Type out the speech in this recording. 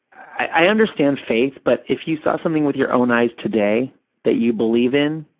i understand faith, but if you saw something with your own eyes today that you believe in,